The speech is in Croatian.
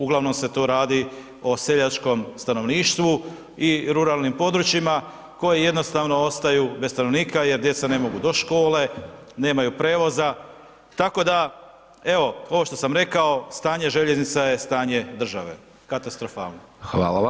Uglavnom se to radi o seljačkom stanovništvu i ruralnim područjima, koji jednostavno ostaju bez stanovnika jer djeca ne mogu do škole, nemaju prijevoza, tako da evo ovo što sam rekao stanje željeznica je stanje države, katastrofalno.